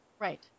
Right